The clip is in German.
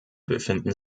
befinden